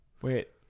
Wait